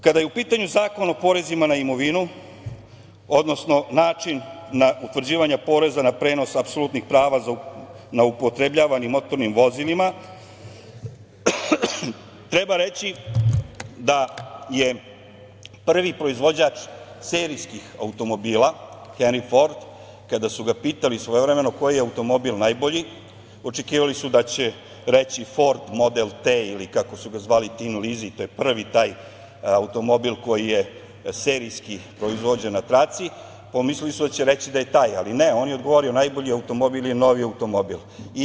Kada je u pitanju Zakon o porezima na imovinu, odnosno način utvrđivanja poreza na prenos apsolutnih prava na upotrebljavanim motornim vozilima, treba reći da je prvi proizvođač serijskih automobila Henri Ford kada su ga pitali svojevremeno koji je automobil najbolji, očekivali da će reći Ford model „T“ ili kako su ga Tin Lizi, to je prvi taj automobil koji je serijski proizvođen na traci, pomislili su da će reći da je taj, ali ne, on je odgovorio – najbolji automobil je novi automobil.